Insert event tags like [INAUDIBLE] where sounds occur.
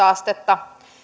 [UNINTELLIGIBLE] astetta